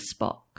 Spock